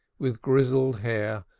with grizzled hair,